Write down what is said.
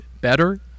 better